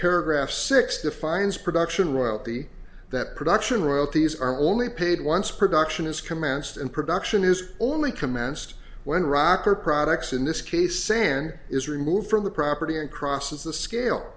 paragraph six defines production royalty that production royalties are only paid once production is commenced and production is only commenced when rocker products in this case sand is removed from the property and crosses the scale